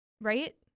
right